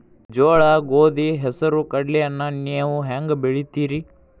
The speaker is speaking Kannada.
ಜೋಳ, ಗೋಧಿ, ಹೆಸರು, ಕಡ್ಲಿಯನ್ನ ನೇವು ಹೆಂಗ್ ಬೆಳಿತಿರಿ?